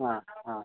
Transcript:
ആ ആ